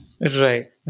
right